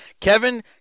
Kevin